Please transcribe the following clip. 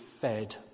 fed